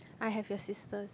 I have your sister's